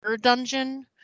dungeon